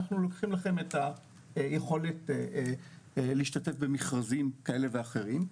לוקחים לכם את היכולת להשתתף במכרזים כאלה ואחרים.